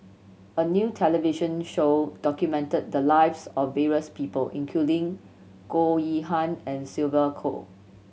a new television show documented the lives of various people including Goh Yihan and Sylvia Kho